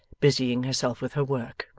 busying herself with her work.